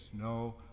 no